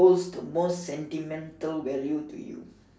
holds the most sentimental value to you